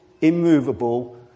immovable